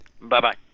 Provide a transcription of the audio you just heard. Bye-bye